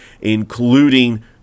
including